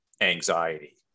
anxiety